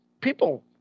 people